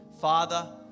father